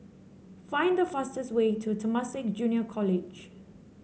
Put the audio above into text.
find the fastest way to Temasek Junior College